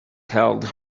held